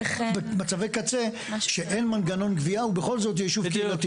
מצבי קצה שאין מנגנון גבייה ובכל זאת זה יישוב קהילתי.